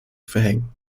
verhängen